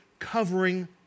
Covering